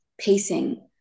pacing